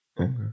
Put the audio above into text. Okay